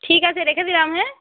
ঠিক আছে রেখে দিলাম হ্যাঁ